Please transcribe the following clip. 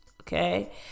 Okay